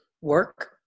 work